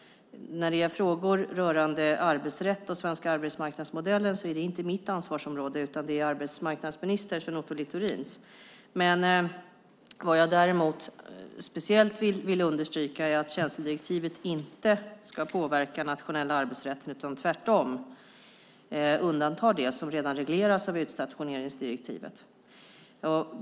Frågor rörande arbetsrätt och den svenska arbetsmarknadsmodellen är inte mitt ansvarsområde utan arbetsmarknadsminister Sven Otto Littorins. Jag vill dock särskilt understryka att tjänstedirektivet inte ska påverka den nationella arbetsrätten utan tvärtom undantar det som redan regleras av utstationeringsdirektivet.